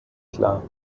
klar